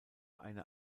eine